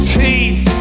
teeth